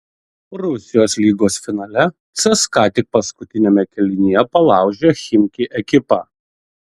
rusijos lygos finale cska tik paskutiniame kėlinyje palaužė chimki ekipą